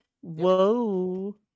whoa